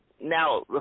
now